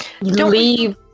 leave